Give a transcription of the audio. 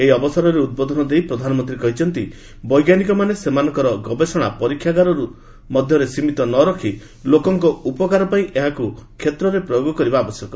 ଏହି ଅବସରରେ ଉଦ୍ବୋଧନ ଦେଇ ପ୍ରଧାନମନ୍ତ୍ରୀ କହିଛନ୍ତି ବୈଜ୍ଞାନିକମାନେ ସେମାନଙ୍କ ଗବେଷଣା ପରୀକ୍ଷାଗାର ମଧ୍ୟରେ ସୀମିତ ନରଖି ଲୋକଙ୍କ ଉପକାର ପାଇଁ ଏହାକୁ କ୍ଷେତ୍ରରେ ପ୍ରୟୋଗ କରିବା ଆବଶ୍ୟକ